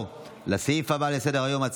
להלן תוצאות ההצבעה: 20 בעד,